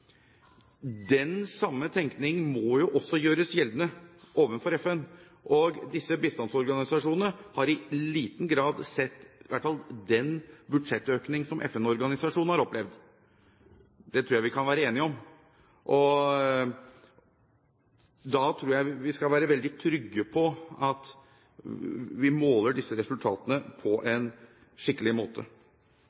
Den samme tenkning må jo også gjøres gjeldende overfor FN, og disse bistandsorganisasjonene har – i liten grad – sett den budsjettøkning som FN-organisasjonene har opplevd. Det tror jeg vi kan være enige om. Og da tror jeg vi skal være veldig trygge på at vi måler disse resultatene på